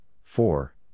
four